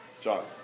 John